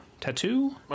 Tattoo